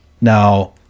now